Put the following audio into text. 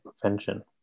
prevention